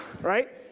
Right